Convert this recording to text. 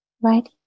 right